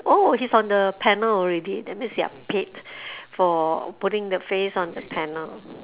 oh he's on the panel already that means they are paid for putting the face on the panel